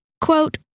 Quote